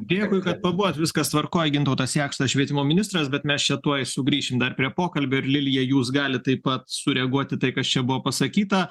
dėkui kad pabuvot viskas tvarkoj gintautas jakštas švietimo ministras bet mes čia tuoj sugrįšim dar prie pokalbio ir lilija jūs gali taip pat sureaguoti į tai kas čia buvo pasakyta